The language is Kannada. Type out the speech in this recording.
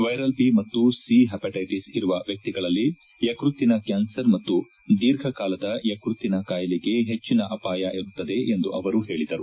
ವೈರಲ್ ಬಿ ಮತ್ತು ಸಿ ಹೈಪಟ್ಯೆಟಿಸ್ ಇರುವ ವ್ಯಕ್ತಿಗಳಲ್ಲಿ ಯಕೃತ್ತಿನ ಕ್ಯಾನ್ಸರ್ ಮತ್ತು ದೀರ್ಘಕಾಲದ ಯಕ್ಕತ್ತಿನ ಕಾಯಿಲೆಗೆ ಹೆಚ್ಚಿನ ಅಪಾಯ ಇರುತ್ತದೆ ಎಂದು ಅವರು ಹೇಳಿದರು